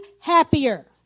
happier